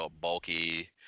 bulky